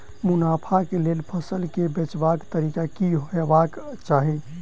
मुनाफा केँ लेल फसल केँ बेचबाक तरीका की हेबाक चाहि?